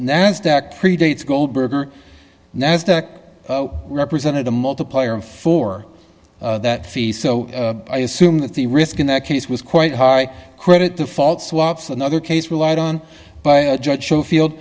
nasdaq pre dates goldberger nasdaq represented the multiplier for that fee so i assume that the risk in that case was quite high credit default swaps another case relied on by judge show field